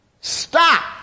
stop